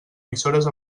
emissores